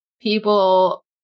people